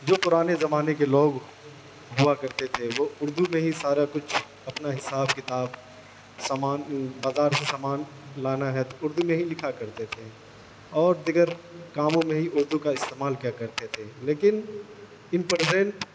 جو پرانے زمانے کے لوگ ہوا کرتے تھے وہ اردو میں ہی سارا کچھ اپنا حساب کتاب سامان بازار سے سامان لانا ہے تو اردو میں ہی لکھا کرتے تھے اور دیگر کاموں میں ہی اردو کا استعمال کیا کرتے تھے لیکن ان پرزینٹ